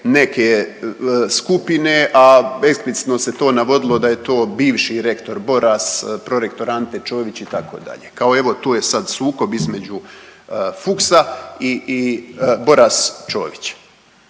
neće skupine, a eksplicitno se to navodilo da je to bivši rektor Boras, prorektor Ante Čović, itd., kao evo, to je sad sukob između Fuchsa i Boras-Čović.